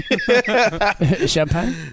Champagne